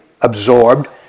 absorbed